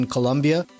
Colombia